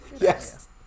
Yes